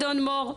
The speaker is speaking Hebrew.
אדון מור,